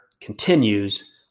continues